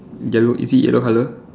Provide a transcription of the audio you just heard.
yellow is it yellow colour